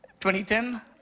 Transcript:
2010